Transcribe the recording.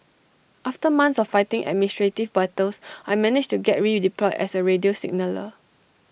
after months of fighting administrative battles I managed to get redeployed as A radio signaller